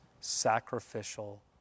sacrificial